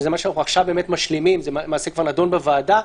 מה שעכשיו משלימים זה למעשה כבר נדון בוועדה.